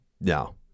No